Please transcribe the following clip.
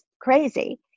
crazy